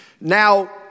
Now